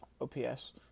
OPS